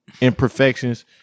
imperfections